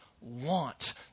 want